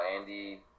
Andy